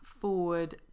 forward